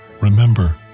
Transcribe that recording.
remember